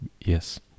yes